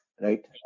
right